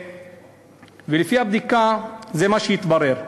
ולפי הבדיקה זה מה שהתברר.